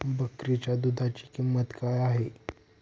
बकरीच्या दूधाची किंमत काय आहे?